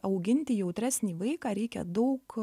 auginti jautresnį vaiką reikia daug